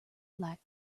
like